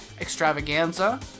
extravaganza